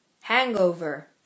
hangover